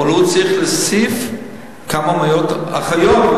אבל הוא צריך להוסיף כמה מאות אחיות,